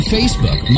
Facebook